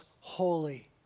holy